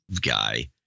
guy